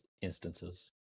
instances